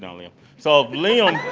and liam. so liam,